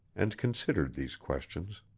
and considered these questions.